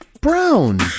brown